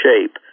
shape